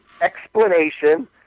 explanation